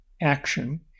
action